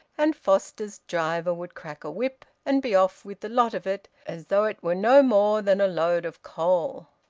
and foster's driver would crack a whip and be off with the lot of it as though it were no more than a load of coal.